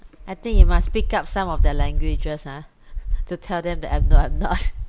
I think you must pick up some of their languages ah to tell them that I'm not I'm not